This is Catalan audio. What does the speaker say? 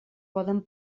poden